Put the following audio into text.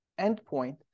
endpoint